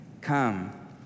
come